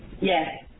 Yes